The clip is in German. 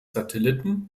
satelliten